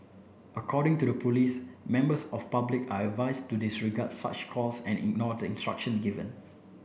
according to the police members of public are advised to disregard such calls and ignore the instruction given